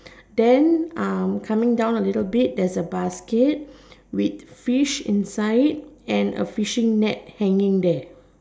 then coming down a little bit there is a basket with fish inside and a fishing net hanging there